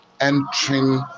Entering